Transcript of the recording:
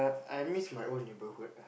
I miss my old neighbourhood ah